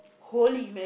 holy man